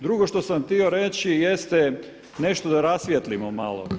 Drugo što sam htio reći jeste nešto da rasvijetlimo malo.